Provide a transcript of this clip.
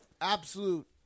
absolute